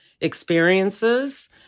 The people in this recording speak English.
experiences